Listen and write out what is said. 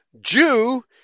Jew